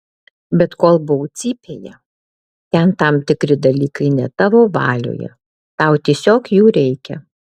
bet kol buvau cypėje ten tam tikri dalykai ne tavo valioje tau tiesiog jų reikia